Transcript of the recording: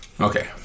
Okay